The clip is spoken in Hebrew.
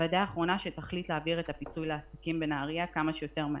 הוועדה האחרונה שתחליט להעביר את הפיצוי לעסקים בנהריה כמה שיותר מהר.